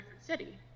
city